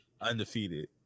Undefeated